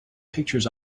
pictures